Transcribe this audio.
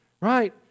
right